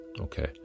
Okay